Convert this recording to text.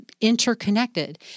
interconnected